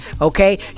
Okay